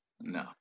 No